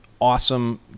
awesome